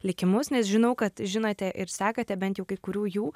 likimus nes žinau kad žinote ir sekate bent jau kai kurių jų